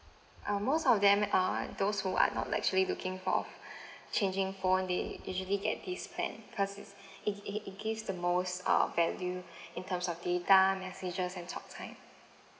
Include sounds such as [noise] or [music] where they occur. ah most of them are those who are not like actually looking for [breath] changing phone they usually get this plan cause it's [breath] it it it gives the most uh value [breath] in terms of data messages and talk time